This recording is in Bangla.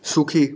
সুখী